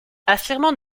affirmant